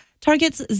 targets